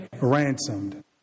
Ransomed